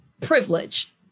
privileged